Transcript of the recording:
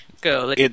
Go